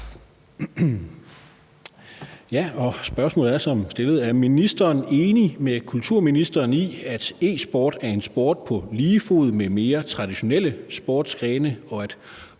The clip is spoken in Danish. af: Steffen Larsen (LA) Er ministeren enig med kulturministeren i, at e-sport er en sport på lige fod med mere traditionelle sportsgrene, og at